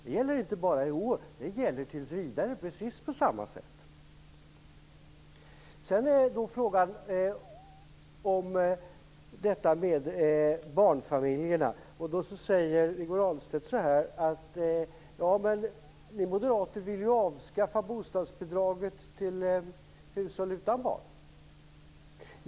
Det gäller inte bara i år, utan det gäller tills vidare - precis på samma sätt. Sedan har vi frågan om barnfamiljerna. Där säger Rigmor Ahlstedt: Ni moderater vill ju avskaffa bostadsbidraget till hushåll utan barn.